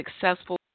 successful